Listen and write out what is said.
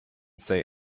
say